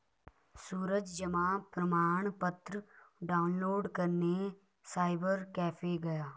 सूरज जमा प्रमाण पत्र डाउनलोड करने साइबर कैफे गया